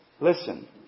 listen